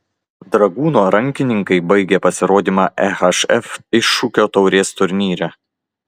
dragūno rankininkai baigė pasirodymą ehf iššūkio taurės turnyre